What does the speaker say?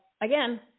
again